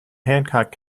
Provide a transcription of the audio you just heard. hancock